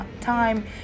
time